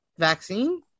vaccine